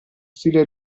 stile